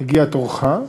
הגיע תורך,